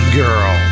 girl